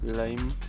lame